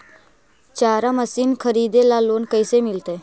चारा मशिन खरीदे ल लोन कैसे मिलतै?